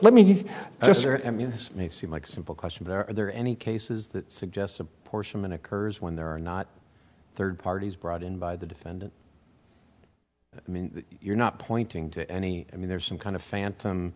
may seem like a simple question but are there any cases that suggests apportionment occurs when there are not third parties brought in by the defendant i mean you're not pointing to any i mean there's some kind of phantom